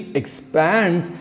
expands